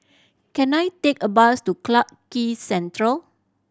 can I take a bus to Clarke Quay Central